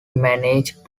managed